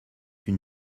une